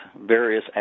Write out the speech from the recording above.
various